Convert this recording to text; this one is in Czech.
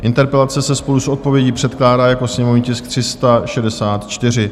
Interpelace se spolu s odpovědí předkládá jako sněmovní tisk 364.